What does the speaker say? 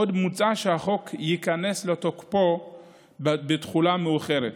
עוד מוצע שהחוק ייכנס לתוקפו בתחולה מאוחרת